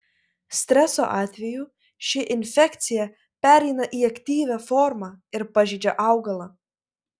streso atveju ši infekcija pereina į aktyvią formą ir pažeidžia augalą